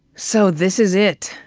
so, this is it.